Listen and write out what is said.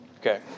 Okay